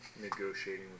negotiating